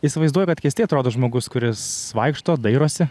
įsivaizduoju kad keistai atrodo žmogus kuris vaikšto dairosi